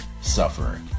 suffering